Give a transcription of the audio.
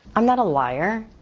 i'm not a liar.